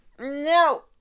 No